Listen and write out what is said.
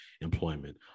employment